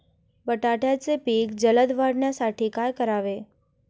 बटाट्याचे पीक जलद वाढवण्यासाठी काय करावे?